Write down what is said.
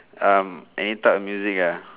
um any type of music ah